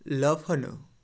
লাফানো